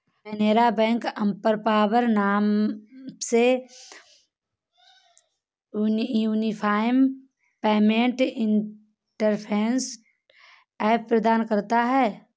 Canara bank empower नाम से unified payment interface app प्रदान करता हैं